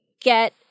get